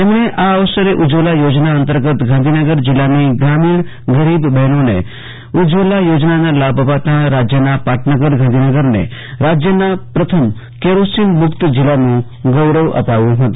તેમણે આ અવસરે ઉજ્જવલા યોજના અંતર્ગત ગાંધીનગર જિલ્લાની ગ્રામીણ બહેનોને ઉજ્જવલા યોજનાના લાભ અપાતા પાટનગર ગાંધીનગરને રાજયના પ્રથમ કેરોસીન મુક્ત જિલ્લાનું ગૌરવ અપાવ્યુ હતું